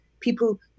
people